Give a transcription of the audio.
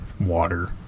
water